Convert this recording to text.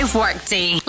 workday